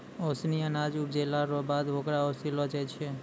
ओसानी अनाज उपजैला रो बाद होकरा ओसैलो जाय छै